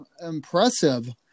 impressive